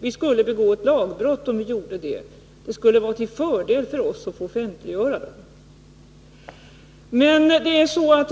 Vi skulle begå ett lagbrott om vi gjorde det. Det skulle vara till fördel för oss att få offentliggöra dem.